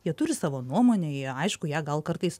jie turi savo nuomonę jie aišku ją gal kartais